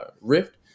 rift